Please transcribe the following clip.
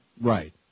Right